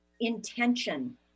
intention